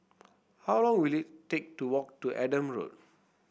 how long will it take to walk to Adam Road